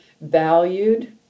valued